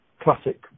classic